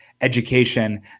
education